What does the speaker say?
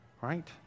Right